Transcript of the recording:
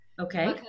Okay